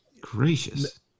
gracious